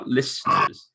listeners